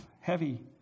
Heavy